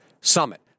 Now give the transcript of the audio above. Summit